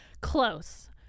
Close